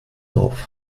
auf